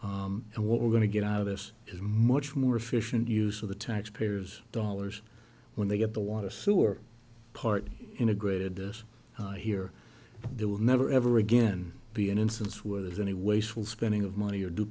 and what we're going to get out of this is a much more efficient use of the taxpayers dollars when they get the water sewer part integrated this here there will never ever again be an instance where there's any wasteful spending of money or